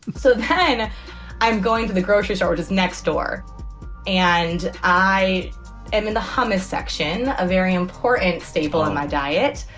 so then i'm going to the grocery store just next door and i am in the hummus section. a very important staple in my diet.